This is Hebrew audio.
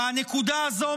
מהנקודה הזו,